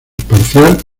parcial